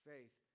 Faith